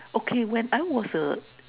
okay when I was a